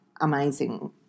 amazing